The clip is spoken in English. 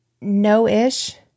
No-ish